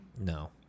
No